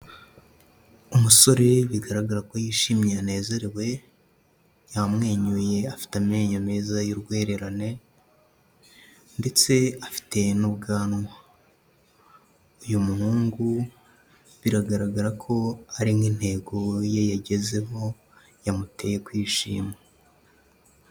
Umusore bigaragara ko yishimye yanezerewe, yamwenyuye afite amenyo meza y'urwererane ndetse afite n'ubwanwa. Uyu muhungu biragaragara ko ari nk'intego ye yagezeho yamuteye kwishima.